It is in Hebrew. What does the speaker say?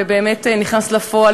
ובאמת יצא לפועל.